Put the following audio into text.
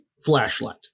flashlight